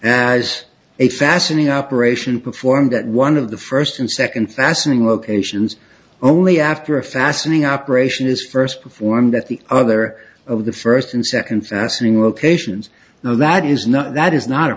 as a fastening operation performed at one of the first and second fastening locations only after a fastening operation is first performed at the other of the first and second fastening rotations no that is not that is not a